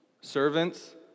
servants